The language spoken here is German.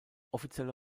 offizielle